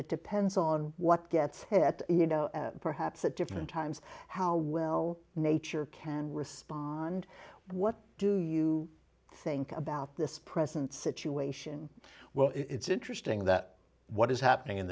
it depends on what gets hit you know perhaps at different times how well nature can respond what do you think about this present situation well it's interesting that what is happening in